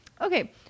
Okay